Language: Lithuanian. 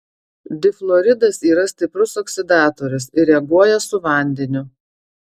difluoridas yra stiprus oksidatorius ir reaguoja su vandeniu